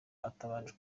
atabanje